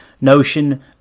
notion